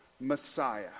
messiah